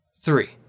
Three